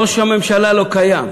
ראש הממשלה לא קיים.